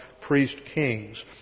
priest-kings